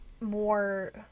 more